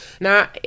Now